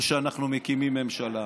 או שאנחנו מקימים ממשלה.